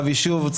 יישוב.